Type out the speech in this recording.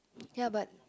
ya but